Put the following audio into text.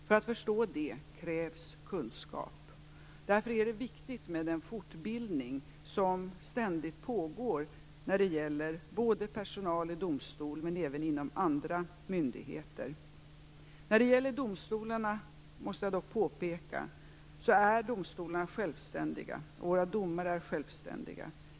För att förstå det krävs kunskap. Därför är det viktigt med den fortbildning som ständigt pågår när det gäller personal både i domstol och inom andra myndigheter. När det gäller domstolarna måste jag påpeka att de är självständiga och att våra domare är självständiga.